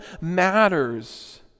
matters